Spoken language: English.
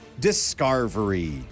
Discovery